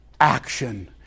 action